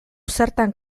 zertan